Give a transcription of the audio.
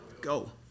go